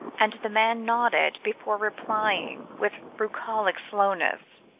and the man nodded before replying with bucolic slowness